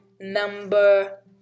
number